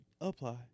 Apply